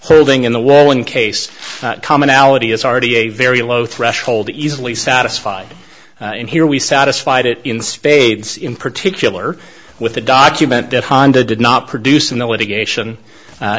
holding in the wall in case commonality is already a very low threshold easily satisfied in here we satisfied it in spades in particular with a document that honda did not produc